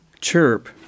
chirp